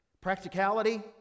Practicality